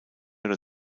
oder